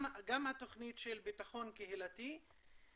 גם התוכנית של ביטחון קהילתי,